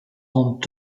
rendent